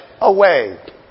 away